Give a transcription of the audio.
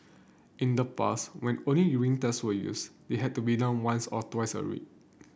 in the past when only urine tests were used they had to be done once or twice a week